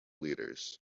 leaders